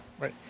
Right